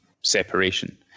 separation